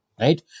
right